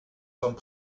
sommes